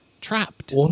Trapped